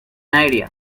idea